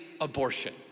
abortion